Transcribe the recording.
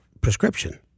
prescription